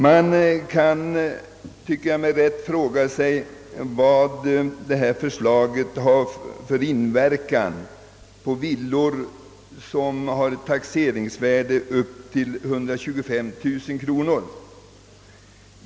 Man kan med rätta fråga sig vad detta förslag har för inverkan då det gäller villor med taxeringsvärden upp till 125 000 kronor.